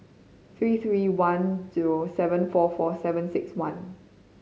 three three one zero seven four four seven six one